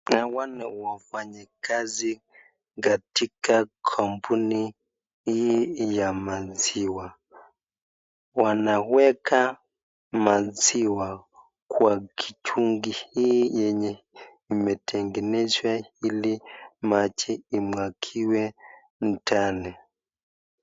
Hawa ni wafanyikazi katika kampuni hii ya maziwa. Wanaweka maziwa kwa kichungi hii yenye imetengenezwa ili maji imwagwe ndani.